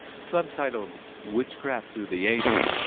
subtitled witchcraft through the ages,